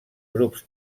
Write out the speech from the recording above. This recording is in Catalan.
grups